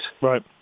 Right